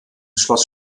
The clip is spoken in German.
schloss